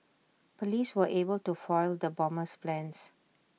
Police were able to foil the bomber's plans